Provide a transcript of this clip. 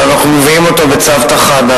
ואנחנו מביאים אותו בצוותא חדא.